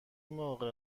موقع